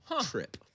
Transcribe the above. Trip